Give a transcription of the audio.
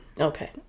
Okay